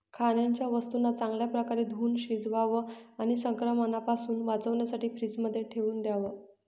खाण्याच्या वस्तूंना चांगल्या प्रकारे धुवुन शिजवावं आणि संक्रमणापासून वाचण्यासाठी फ्रीजमध्ये ठेवून द्याव